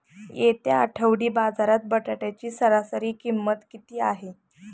येत्या आठवडी बाजारात बटाट्याची सरासरी किंमत किती आहे?